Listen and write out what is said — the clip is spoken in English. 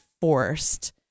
forced